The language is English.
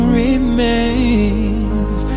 remains